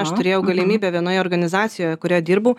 aš turėjau galimybę vienoje organizacijoje kurioje dirbau